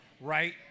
right